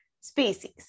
Species